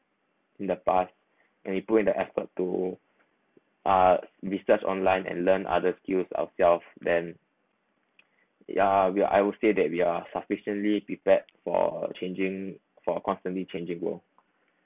in the past and he put in the effort to uh business online and learn other skills ourself then yeah we are I would say that we are sufficiently prepared for changing for constantly changing world